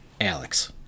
Alex